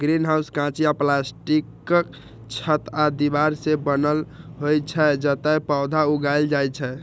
greenhouse कांच या प्लास्टिकक छत आ दीवार सं बनल होइ छै, जतय पौधा उगायल जाइ छै